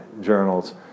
journals